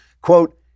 quote